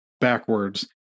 backwards